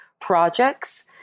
projects